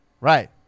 Right